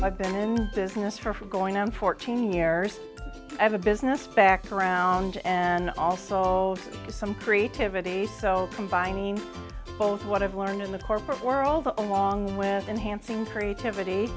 i've been in business for for going on fourteen years i have a business background and also some creativity so combining both what i've learned in the corporate world along with enhancing creativity